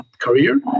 career